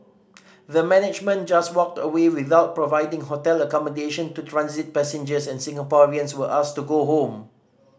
the management just walked away without providing hotel accommodation to transit passengers and Singaporeans were asked to go home